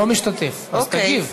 לא משתתף, אז תגיב.